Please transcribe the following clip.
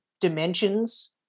Dimensions